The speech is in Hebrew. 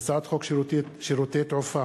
הצעת חוק שירותי תעופה